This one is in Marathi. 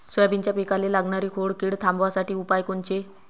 सोयाबीनच्या पिकाले लागनारी खोड किड थांबवासाठी उपाय कोनचे?